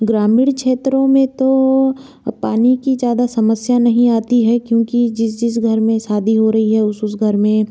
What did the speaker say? ग्रामीण क्षेत्रों में तो पानी की ज़्यादा समस्या नहीं आती है क्योंकि जिस जिस घर में शादी हो रही है उस उस घर में